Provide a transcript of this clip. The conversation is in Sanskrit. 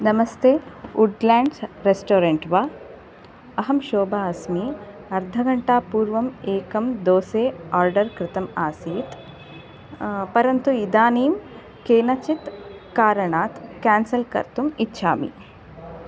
नमस्ते वुड्लेणड् रेस्टोरेण्ट् वा अहं शोभा अस्मि अर्धघण्टापूर्वम् एकं दोसे आर्डर् कृतम् आसीत् परन्तु इदानीं केनचित् कारणात् केन्सल् कर्तुम् इच्छामि